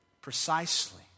precisely